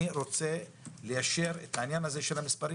אני רוצה ליישר את המספרים.